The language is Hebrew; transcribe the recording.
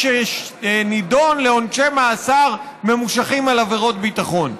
שנידון לעונשי מאסר ממושכים על עבירות ביטחון.